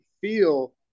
feel